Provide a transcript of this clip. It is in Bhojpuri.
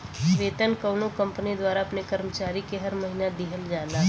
वेतन कउनो कंपनी द्वारा अपने कर्मचारी के हर महीना दिहल जाला